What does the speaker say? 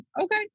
Okay